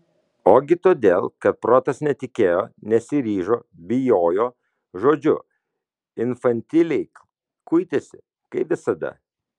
ogi todėl kad protas netikėjo nesiryžo bijojo žodžiu infantiliai kuitėsi kaip visada